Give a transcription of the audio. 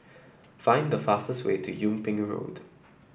find the fastest way to Yung Ping Road